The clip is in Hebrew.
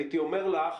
הייתי אומר לך,